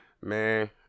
man